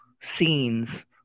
scenes